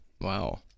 Wow